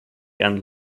and